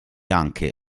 anche